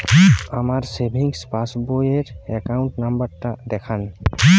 আমার সেভিংস পাসবই র অ্যাকাউন্ট নাম্বার টা দেখান?